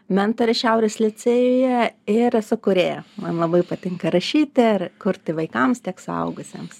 mentorė šiaurės licėjuje ir esu kūrėja man labai patinka rašyt ar kurti vaikams tiek suaugusiems